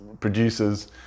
producers